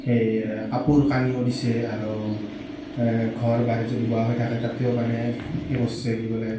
সেই কাপোৰ কানিও দিছে আৰু ঘৰ বাৰী যদি বেয়া হৈ থাকে তাতেও মানে সেই কৰিছে কি ব'লে